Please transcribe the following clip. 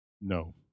No